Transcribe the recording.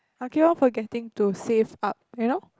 I keep on forgetting to save up you know